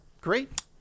Great